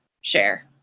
share